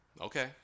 okay